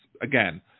again